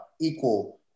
equal